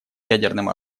ядерным